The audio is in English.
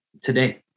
today